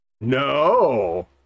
No